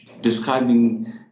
describing